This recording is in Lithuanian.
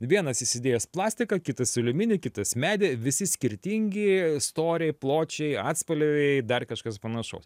vienas įsidėjęs plastiką kitas aliuminį kitas medį visi skirtingi storiai pločiai atspalviai dar kažkas panašaus